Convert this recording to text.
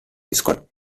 squad